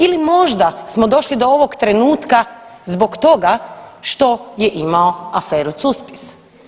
Ili možda smo došli do ovog trenutka zbog toga što je imao aferu Cuspis?